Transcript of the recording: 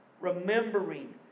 remembering